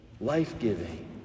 life-giving